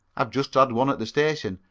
i've just had one at the station,